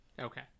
okay